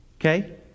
Okay